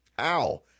Ow